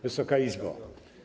Wysoka Izbo!